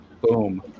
Boom